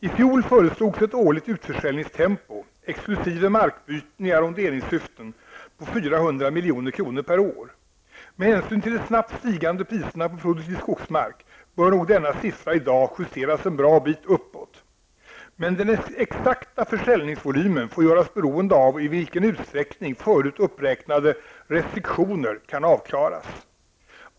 I fjol föreslogs ett årligt utförsäljningstempo -- exkl. Med hänsyn till de snabbt stigande priserna på produktiv skogsmark bör nog denna siffra justeras en bra bit uppåt. Men den exakta försäljningsvolymen får avgöras beroende av i vilken utsträckning förut uppräknade restriktioner kan avklaras.